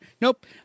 Nope